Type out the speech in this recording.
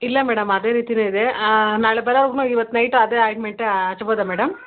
ಇಲ್ಲ ಮೇಡಮ್ ಅದೇ ರೀತಿನೇ ಇದೆ ನಾಳೆ ಬರೋವರ್ಗು ಇವತ್ತು ನೈಟು ಅದೇ ಆಯಿನ್ಮೆಂಟ ಹಚ್ಬೋದಾ ಮೇಡಮ್